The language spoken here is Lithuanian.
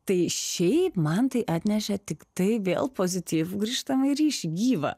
tai šiaip man tai atnešė tiktai vėl pozityvų grįžtamąjį ryšį gyvą